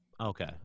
okay